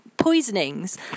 poisonings